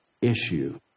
issue